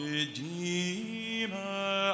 Redeemer